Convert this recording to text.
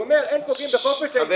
והוא אומר: "אין פוגעים בחופש העיסוק